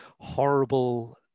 Horrible